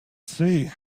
say